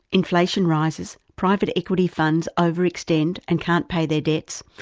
inflation rises, private equity funds over extend and can't pay their debts,